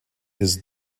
his